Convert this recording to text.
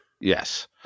Yes